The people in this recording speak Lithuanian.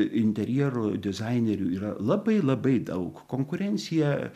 interjerų dizainerių yra labai labai daug konkurencija